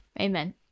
Amen